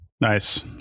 nice